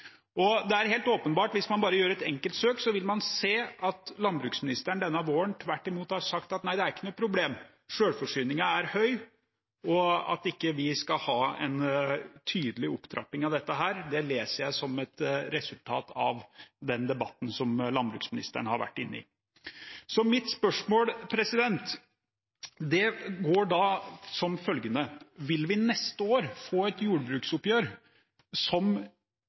Det er helt åpenbart: Hvis man bare gjør et enkelt søk, vil man se at landbruksministeren denne våren tvert imot har sagt at dette ikke er noe problem, at selvforsyningen er høy, og at vi ikke skal ha en tydelig opptrapping av dette. Det er det jeg leser som et resultat av den debatten landbruksministeren har vært inne i. Så mitt spørsmål er som følger: Vil vi neste år få et jordbruksoppgjør som